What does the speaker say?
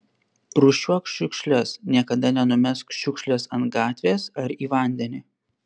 rūšiuok šiukšles niekada nenumesk šiukšlės ant gatvės ar į vandenį